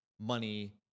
money